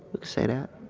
could say that